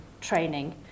training